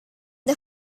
the